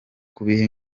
kubiha